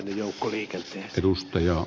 arvoisa puhemies